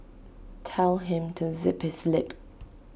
tell him to zip his lip